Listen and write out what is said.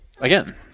Again